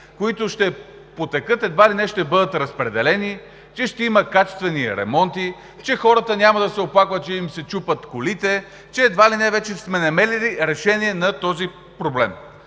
които ще потекат, едва ли не ще бъдат разпределени, че ще има качествени ремонти, че хората няма да се оплакват, че им се чупят колите, че едва ли не вече сме намерили решение на този проблем.